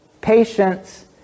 patience